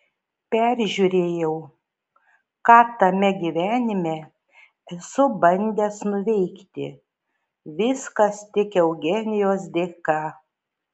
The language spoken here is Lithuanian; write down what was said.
peržiūrėjau ką tame gyvenime esu bandęs nuveikti viskas tik eugenijos dėka